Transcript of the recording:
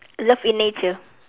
love in nature